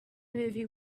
movie